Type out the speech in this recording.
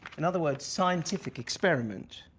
in other words, scientific experiment.